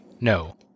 No